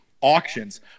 auctions